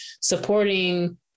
supporting